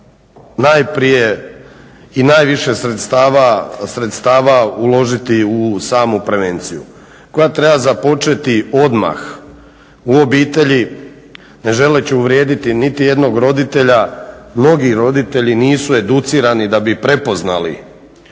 najprije i najviše sredstava uložiti u samu prevenciju koja treba započeti odmah u obitelji, ne želeći uvrijediti niti jednog roditelja, mnogi roditelji nisu educirani da bi prepoznali